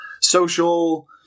social